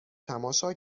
تماشا